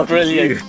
Brilliant